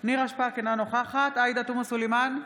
נירה שפק, אינה נוכחת עאידה תומא סלימאן,